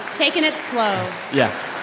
taking it slow yeah